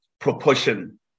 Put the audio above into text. proportion